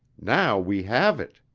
now we have it!